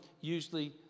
usually